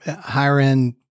higher-end